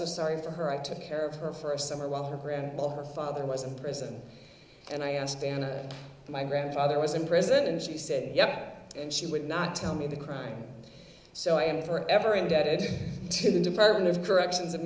so sorry for her i took care of her for a summer while her grandma her father was in prison and i asked anna my grandfather was in prison and she said yes and she would not tell me of the crime so i am forever indebted to the department of corrections of